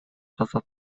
каза